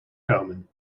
komen